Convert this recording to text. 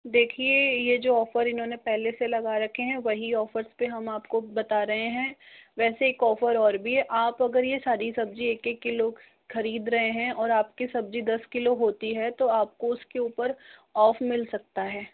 देखिए ये जो ऑफर इन्होंने पहले से लगा रखे हैं वही ऑफर्स पे हम आपको बता रहे हैं वैसे एक ऑफर और भी आप अगर ये सारी सब्जी एक एक किलो ख़रीद रहे हैं और आपके सब्जी दस किलो होती है तो आपको उसके ऊपर ऑफ मिल सकता है